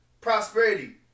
prosperity